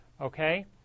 Okay